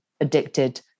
addicted